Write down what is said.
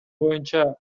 боюнча